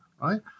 right